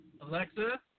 Alexa